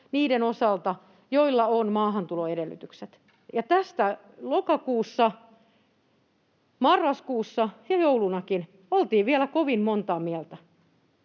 niiden osalta, joilla on maahantuloedellytykset. Ja tästä lokakuussa, marraskuussa ja joulunakin oltiin vielä kovin montaa mieltä.